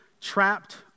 trapped